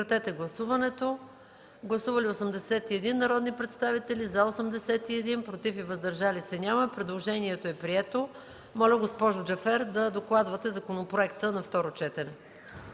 на гласуване. Гласували 81 народни представители: за 81, против и въздържали се няма. Предложението е прието. Моля госпожа Джафер да докладва законопроекта на второ четене.